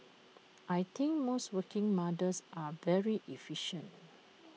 I think most working mothers are very efficient